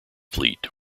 fleet